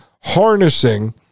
harnessing